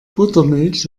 buttermilch